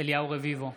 אליהו רביבו,